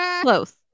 close